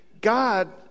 God